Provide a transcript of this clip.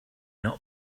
not